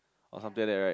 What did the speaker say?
or something like that right